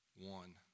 One